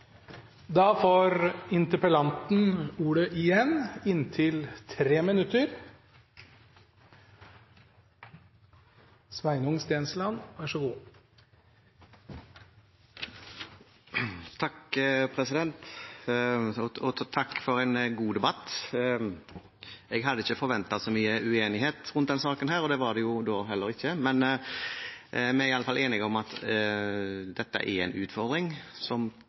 for en god debatt. Jeg hadde ikke forventet så mye uenighet om denne saken, og det var det da heller ikke. Men vi er i alle fall enige om at dette er en utfordring som